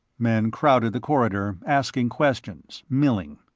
men crowded the corridor, asking questions, milling.